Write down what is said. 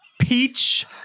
peach